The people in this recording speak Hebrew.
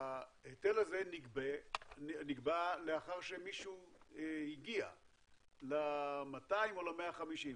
ההיטל הזה נגבה לאחר שמישהו הגיע ל-200 או ל-150.